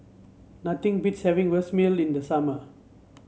nothing beats having Vermicelli in the summer